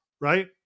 Right